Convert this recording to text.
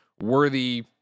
worthy